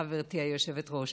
חברתי היושבת-ראש.